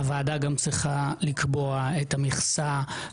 הוועדה גם צריכה לקבוע את המכסה השבועית,